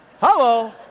Hello